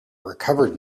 recovered